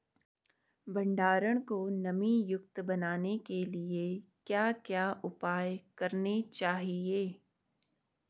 भंडारण को नमी युक्त बनाने के लिए क्या क्या उपाय करने चाहिए?